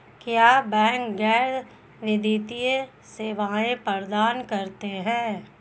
क्या बैंक गैर वित्तीय सेवाएं प्रदान करते हैं?